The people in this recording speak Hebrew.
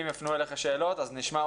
הם גופים עצמאיים,